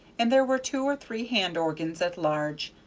and there were two or three hand-organs at large,